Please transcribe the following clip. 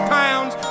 pounds